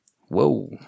Whoa